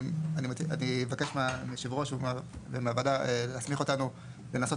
אני אבקש מיושב הראש ומהוועדה להסמיך אותנו לנסות